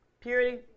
Purity